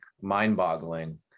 mind-boggling